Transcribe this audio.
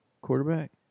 quarterback